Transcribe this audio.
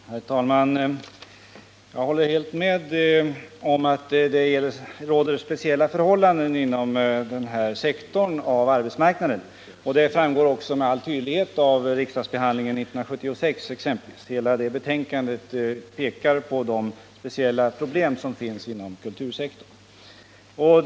Herr talman! Jag håller helt med om att det råder speciella förhållanden inom den här sektorn av arbetsmarknaden. Det framgår också med all tydlighet av exempelvis riksdagsbehandlingen 1976. Hela det betänkande som då behandlades pekar på de speciella problem som finns inom kultursektorn.